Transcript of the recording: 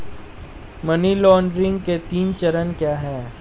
Money laundering के तीन चरण क्या हैं?